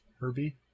Herbie